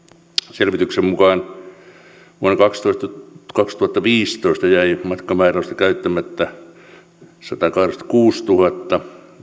selvityksen mukaan vuonna kaksituhattaviisitoista jäi matkamäärärahoista käyttämättä satakahdeksankymmentäkuusituhatta